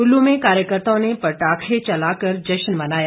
कुल्लू में कार्यकर्ताओं ने पटाखे चलाकर जश्न मनाया